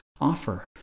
offer